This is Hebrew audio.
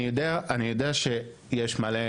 אני יודע שיש אופציה,